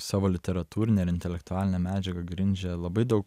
savo literatūrinę ir intelektualinę medžiagą grindžia labai daug